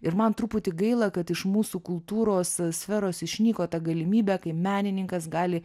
ir man truputį gaila kad iš mūsų kultūros sferos išnyko ta galimybė kai menininkas gali